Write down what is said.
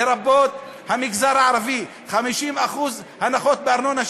לרבות המגזר הערבי: 50% הנחה בארנונה,